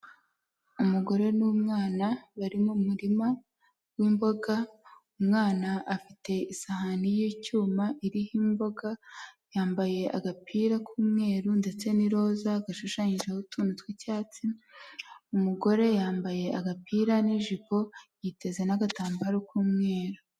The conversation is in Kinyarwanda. Umugore n'umwana bari mu murima w'imboga, umwana afite isahani y'icyuma iriho imboga, yambaye agapira k'umweru ndetse n'iroza gashushanyijeho utuntu tw'icyatsi, umugore yambaye agapira n'ijipo, yiteze n'agatambaro k'umweru.